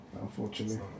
Unfortunately